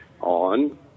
on